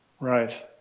Right